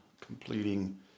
completing